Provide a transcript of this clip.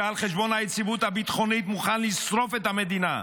שעל חשבון היציבות הביטחונית מוכן לשרוף את המדינה,